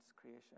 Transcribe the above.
creation